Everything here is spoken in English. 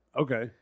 Okay